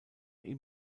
ihm